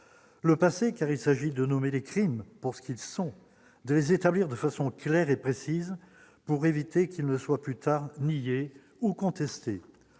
le passé car il s'agit de nommer les crimes pour ce qu'ils sont de les établir de façon claire et précise pour éviter qu'ils ne soient plus tard nier ou contester